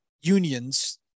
unions